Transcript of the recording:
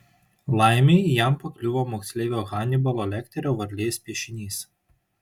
laimei jam pakliuvo moksleivio hanibalo lekterio varlės piešinys